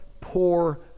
poor